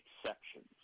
exceptions